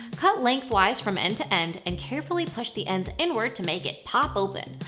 cut lengthwise from end to end, and carefully push the ends inward to make it pop open.